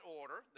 order